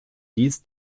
dies